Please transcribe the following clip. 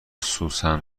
سوسن